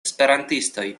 esperantistoj